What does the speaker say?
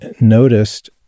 noticed